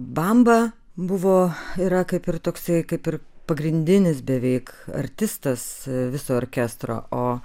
bamba buvo yra kaip ir toksai kaip ir pagrindinis beveik artistas viso orkestro o